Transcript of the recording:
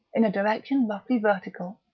in a direction roughly vertical,